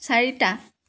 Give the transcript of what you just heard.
চাৰিটা